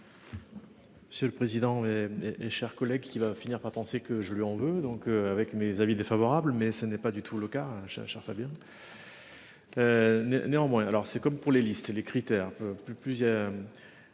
Monsieur le président. Et chers collègues qui va finir par penser que je lui en veux donc avec mes avis défavorables mais ce n'est pas du tout le cas. Fabien. Néanmoins, alors c'est comme pour les listes les critères